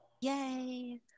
Yay